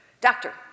Doctor